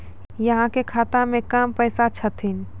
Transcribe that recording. अहाँ के खाता मे कम पैसा छथिन?